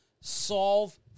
solve